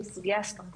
זו סוגיה אסטרטגית